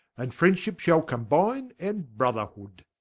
and friendshippe shall combyne, and brotherhood.